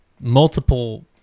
multiple